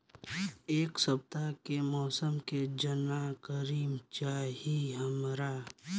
एक सपताह के मौसम के जनाकरी चाही हमरा